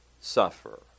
suffer